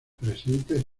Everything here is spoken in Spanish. presentes